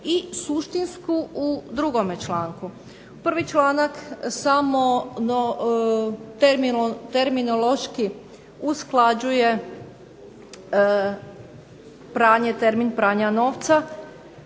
i suštinsku u 2. članku. 1. članak samo terminološki usklađuje termin pranja novca